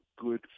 good